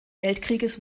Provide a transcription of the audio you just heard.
weltkrieges